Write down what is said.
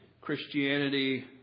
Christianity